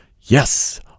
Yes